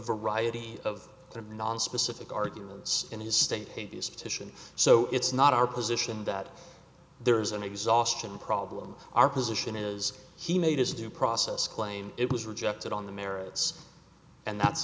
variety of nonspecific arguments in his state is titian so it's not our position that there is an exhaustion problem our position is he made his due process claim it was rejected on the merits and that's